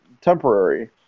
temporary